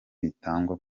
bitangwa